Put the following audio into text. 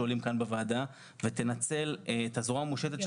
שעולים כאן בוועדה ותנצל את הזרוע המושטת שלנו,